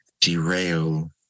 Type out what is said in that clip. derail